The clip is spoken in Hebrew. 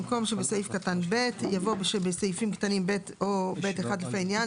במקום "שבסעיף קטן (ב)" יבוא "שבסעיפים קטנים (ב) או (ב1) לפי העניין".